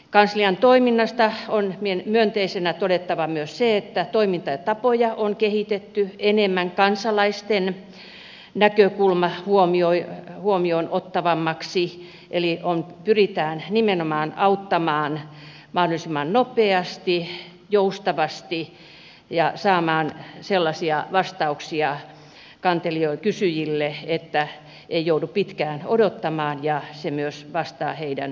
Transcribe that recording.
kanslian toiminnasta on myönteisenä todettava myös se että toimintatapoja on kehitetty enemmän kansalaisten näkökulma huomioonottavammaksi eli pyritään nimenomaan auttamaan mahdollisimman nopeasti joustavasti ja saamaan kysyjille sellaisia vastauksia että ei joudu pitkään odottamaan ja se myös vastaa heidän tarpeisiin